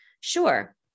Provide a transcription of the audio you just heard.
sure